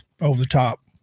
over-the-top